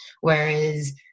whereas